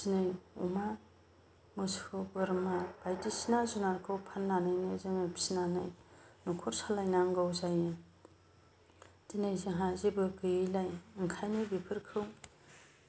दिनै अमा मोसौ बोरमा बायदिसिना जुनारखौ फाननानैनो जोङो फिसिनानै न'खर सालायनांगौ जायो दिनै जोंहा जेबो गैयिलाय ओंखायनो